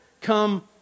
come